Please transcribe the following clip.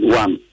one